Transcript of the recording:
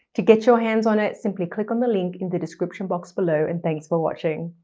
to get your hands on it, simply click on the link in the description box below, and thanks for watching.